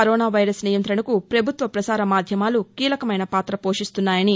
corona virus నియంతణకు ప్రభుత్వ ప్రసార మాధ్యమాలు కీలకమైన పాత పోషస్తున్నాయని